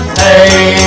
hey